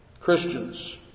Christians